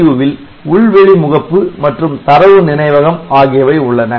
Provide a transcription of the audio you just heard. MCU வில் உள் வெளி முகப்பு மற்றும் தரவு நினைவகம் ஆகியவை உள்ளன